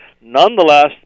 Nonetheless